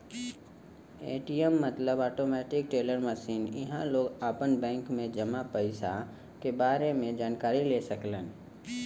ATM मतलब automatic teller machine इहां लोग आपन बैंक में जमा पइसा क बारे में जानकारी ले सकलन